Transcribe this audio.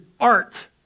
art